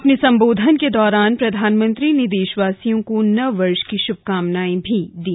अपने संबोधन के दौरान प्रधानमंत्री ने देशवासियों को नव वर्ष के सिलसिले में शुभकामनाएं भी दी